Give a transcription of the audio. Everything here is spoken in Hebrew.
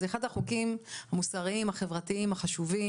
זה אחד החוקים המוסריים והחברתיים החשובים